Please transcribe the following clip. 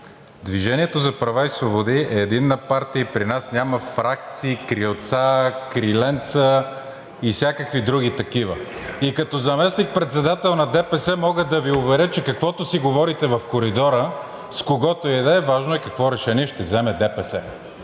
„Движение за права и свободи“ е единна партия и при нас няма фракции, крилца, криленца и всякакви други такива. И като заместник-председател на ДПС мога да Ви уверя, че каквото си говорите в коридора с когото и да е, важно е какво решение ще вземе ДПС.